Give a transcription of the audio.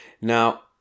Now